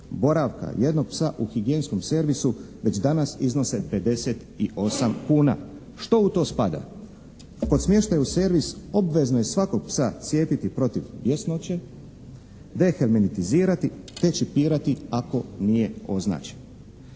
boravka jednog psa u higijenskom servisu već danas iznose 58 kuna. Što u to spada? Kod smještaja u servis obvezno je svakog psa cijepiti protiv bjesnoće, dehemenitizirati, te čipirati ako nije označen.